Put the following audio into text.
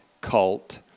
cult